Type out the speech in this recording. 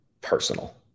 personal